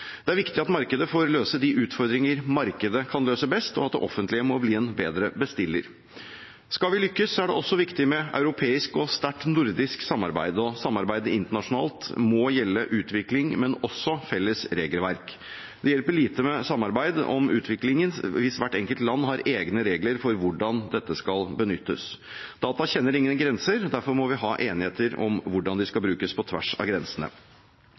Det er viktig at markedet får løse de utfordringer markedet kan løse best, og at det offentlige blir en bedre bestiller. Skal vi lykkes, er det også viktig med europeisk og sterkt nordisk samarbeid. Samarbeidet internasjonalt må gjelde utvikling, men også felles regelverk. Det hjelper lite med samarbeid om utviklingen hvis hvert enkelt land har egne regler for hvordan dette skal benyttes. Data kjenner ingen grenser, derfor må vi ha enighet om hvordan de skal brukes på tvers av grensene.